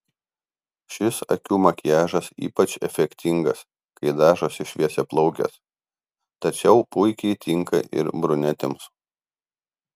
šis akių makiažas ypač efektingas kai dažosi šviesiaplaukės tačiau puikiai tinka ir brunetėms